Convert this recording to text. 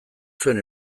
zuen